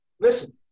Listen